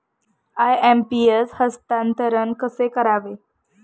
IMPS हस्तांतरण कसे करावे?